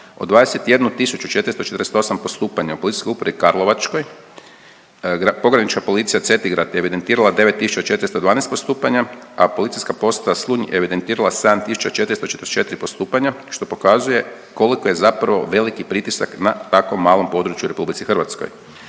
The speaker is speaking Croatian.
Od 21448 postupanja u Policijskoj upravi Karlovačkoj pogranična policija Cetingrad evidentirala je 9412 postupanja, a Policijska postaja Slunj evidentirala je 7444 postupanja što pokazuje koliko je zapravo veliki pritisak na tako malom području u Republici Hrvatskoj.